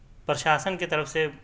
پرشاسن کی طرف سے